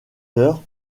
heures